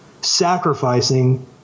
sacrificing